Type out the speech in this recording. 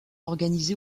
organisé